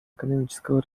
экономического